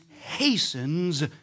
hastens